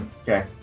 okay